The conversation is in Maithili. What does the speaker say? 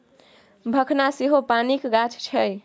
भखना सेहो पानिक गाछ छै